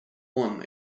won